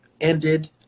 ended